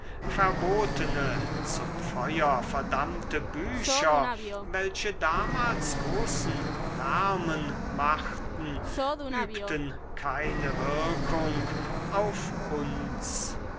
verbotene zum feuer verdammte bücher welche damals großen lärmen machten übten keine wirkung auf uns